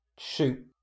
Shoot